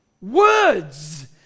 words